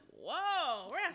whoa